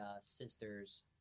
sister's